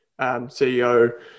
CEO